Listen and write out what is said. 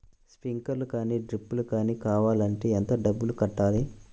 Sprinkler కానీ డ్రిప్లు కాని కావాలి అంటే ఎంత డబ్బులు కట్టాలి?